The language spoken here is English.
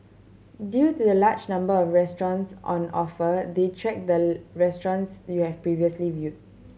due to the large number of restaurants on offer they track the restaurants you have previously viewed